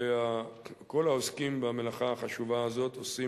וכל העוסקים במלאכה החשובה הזאת עושים